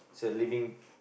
is a living